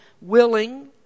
willing